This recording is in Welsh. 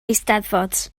eisteddfod